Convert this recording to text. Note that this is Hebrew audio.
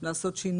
לעשות שינוי.